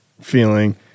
feeling